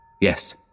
Yes